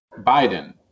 biden